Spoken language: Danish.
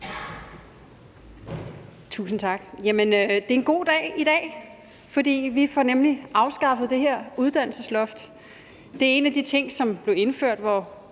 Tusind tak. Det er en god dag i dag, for vi får nemlig afskaffet det her uddannelsesloft. Det er en af de ting, hvor